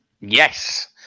Yes